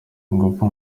ingufu